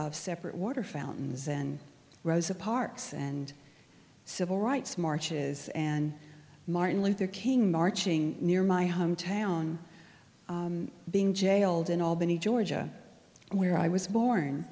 of separate water fountains and rosa parks and civil rights marches and martin luther king marching near my hometown being jailed in albany georgia where i was